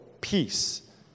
peace